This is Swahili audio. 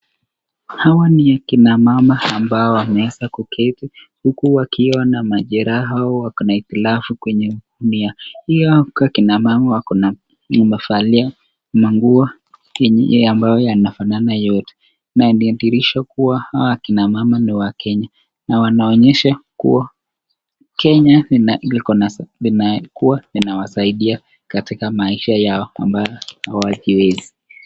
Hawa ni akinamama ambao wameweza kuketi huku wakiona majeraha wakanaikilafu kwenye mnia. Hawa akinamama wako na wamefaliaa ma nguo ambayo yanafana yote. Na ni inadhihirisha kuwa hawa akinamama ni Wakenya na wanaonyesha kuwa Kenya inakuwa ina inawasaidia katika maisha yao ambalo hawajiwezi.